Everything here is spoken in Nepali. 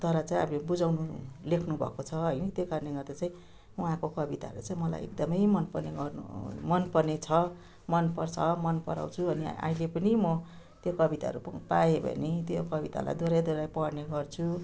द्वारा चाहिँ अब यो बुझाउनु लेख्नुभएको छ होइन त्यही कारणले गर्दा चाहिँ उहाँको कविताहरू चाहिँ मलाई एकदमै मनपर्ने गर्नु मनपर्ने छ मनपर्छ मनपराउँछु अनि अहिले पनि म त्यो कविताहरू पाएँ भने त्यो कवितालाई दोहोर्याई दोहोर्याई पढ्ने गर्छु